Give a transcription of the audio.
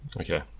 Okay